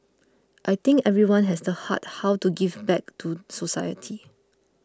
I think everyone has the heart how to give back to society